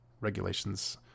regulations